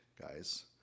guys